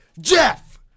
Jeff